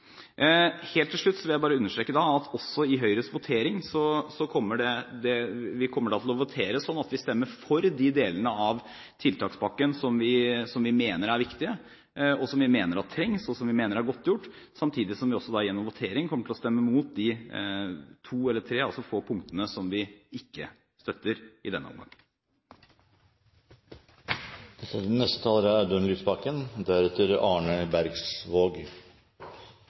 Helt til slutt vil jeg bare understreke at Høyre under voteringen kommer til å stemme for de delene av tiltakspakken som vi mener er viktige, som vi mener trengs, og som vi mener er godtgjort, samtidig som vi kommer til å stemme imot de få punktene som vi ikke støtter i denne omgang. Fast ansettelse skal være grunnsteinen i vårt regulerte arbeidsliv. Derfor er